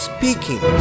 Speaking